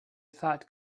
thought